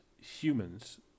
humans